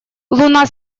луна